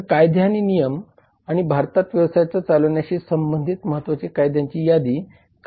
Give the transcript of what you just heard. तर कायदे आणि नियम आणि भारतात व्यवसाय चालवण्याशी संबंधित महत्त्वाच्या कायद्यांची यादी खाली दिली आहे